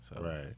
Right